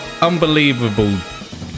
unbelievable